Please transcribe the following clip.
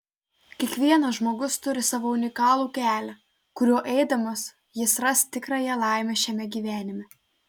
kiekvienas žmogus turi savo unikalų kelią kuriuo eidamas jis ras tikrąją laimę šiame gyvenime